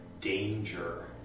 danger